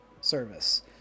Service